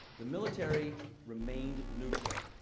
the military remained neutral.